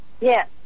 Yes